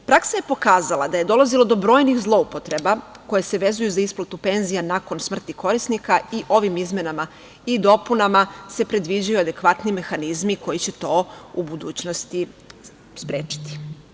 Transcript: Praksa je pokazala da je dolazilo do brojnih zloupotreba koje se vezuju za isplatu penzija nakon smrti korisnika i ovim izmenama i dopunama se predviđaju adekvatni mehanizmi, koji će to u budućnosti sprečiti.